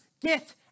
get